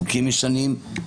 חוקים ישנים,